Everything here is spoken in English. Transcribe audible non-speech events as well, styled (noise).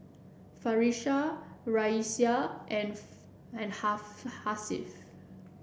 Farish Raisya and and (unintelligible) Hasif